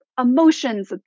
emotions